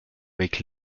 avec